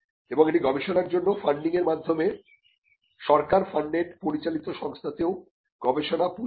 এবং এটি গবেষণার জন্য ফান্ডিংয়ের মাধ্যমে সরকার ফান্ডেড্ পরিচালিত সংস্থাতেও গবেষণা পুশ করে